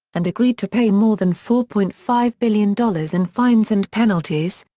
and agreed to pay more than four point five billion dollars in fines and penalties,